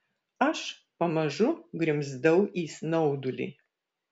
aš pamažu grimzdau į snaudulį